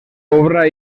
obra